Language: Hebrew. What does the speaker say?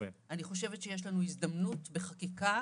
אני חושבת שיש לנו הזדמנות להסדיר בחקיקה